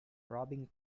robbing